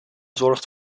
zorgt